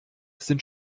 sind